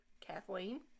Kathleen